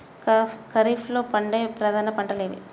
ఖరీఫ్లో పండే ప్రధాన పంటలు ఏవి?